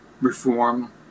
reform